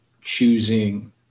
choosing